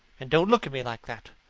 and don't look at me like that.